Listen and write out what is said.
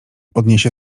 odniesie